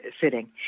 sitting